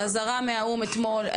האזהרה מהאו"ם אתמול,